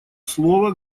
слово